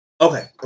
Okay